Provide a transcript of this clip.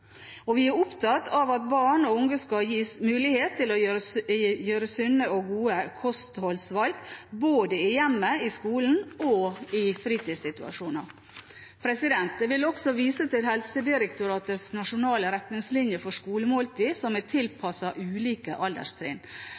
Og vi er opptatt av at barn og unge skal gis mulighet til å gjøre sunne og gode kostholdvalg både i hjemmet, i skolen og i fritidssituasjoner. Jeg vil også vise til Helsedirektoratets nasjonale retningslinjer for skolemåltid, som er tilpasset ulike alderstrinn.